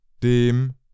dem